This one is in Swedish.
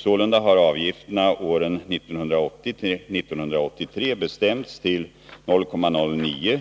Sålunda har avgifterna åren 1980-1983 bestämts till 0,09,